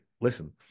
listen